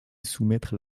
soumettre